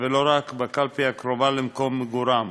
ולא רק בקלפי הקרובה למקום מגוריהם.